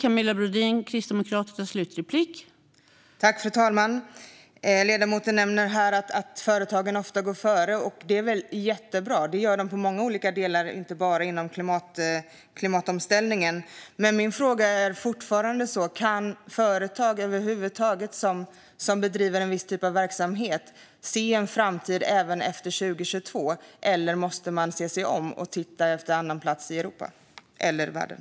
Fru talman! Ledamoten nämner här att företagen ofta går före, och det är jättebra. Det gör de i många olika delar, inte bara inom klimatomställningen. Min fråga är fortfarande om företag som bedriver en viss typ av verksamhet över huvud taget kan se en framtid även efter 2022 eller om de måste se sig om efter en annan plats i Europa eller världen.